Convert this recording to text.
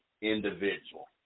individual